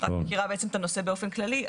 רק מכירה את הנושא באופן כללי.